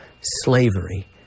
slavery